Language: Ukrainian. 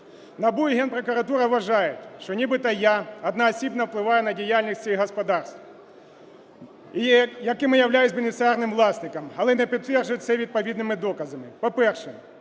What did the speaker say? НАБУ і Генпрокуратура вважає, що нібито я одноосібно впливаю на діяльність цих господарств і якими являюсь бенефіціарним власником, але не підтверджують це відповідними доказами. По-перше,